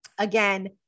again